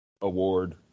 award